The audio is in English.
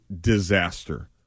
disaster